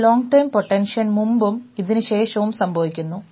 ഇത് long time പൊട്ടൻഷ്യഷൻ മുമ്പും ഇത് ശേഷവും സംഭവിക്കുന്നു